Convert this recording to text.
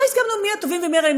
לא הסכמנו מי הטובים ומי הרעים,